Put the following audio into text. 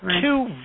Two